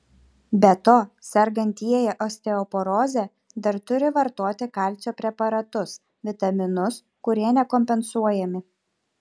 be to sergantieji osteoporoze dar turi vartoti kalcio preparatus vitaminus kurie nekompensuojami